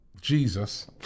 Jesus